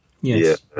Yes